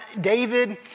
David